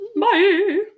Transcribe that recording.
Bye